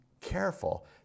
careful